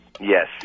Yes